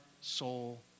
soul